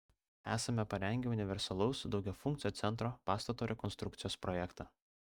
esame parengę universalaus daugiafunkcio centro pastato rekonstrukcijos projektą